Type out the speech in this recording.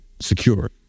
secure